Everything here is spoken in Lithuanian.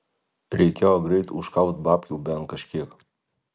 reikėjo greit užkalt babkių bent kažkiek